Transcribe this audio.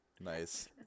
Nice